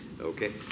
Okay